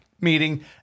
meeting